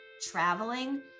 traveling